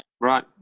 Right